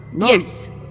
Yes